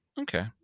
okay